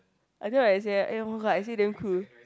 I know what I say eh eh oh-my-god I say damn cool